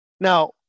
Now